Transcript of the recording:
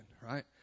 right